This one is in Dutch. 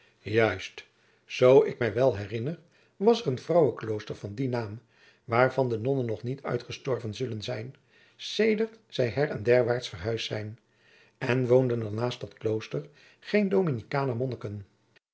juist zoo ik mij wel herinner was er een vrouwenklooster van dien naam waarvan de nonnen nog niet uitgestorven zijn zullen sedert zij her en derwaart verhuisd zijn en woonden er naast dat klooster geen